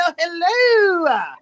hello